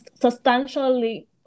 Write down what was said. substantially